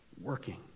working